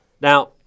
now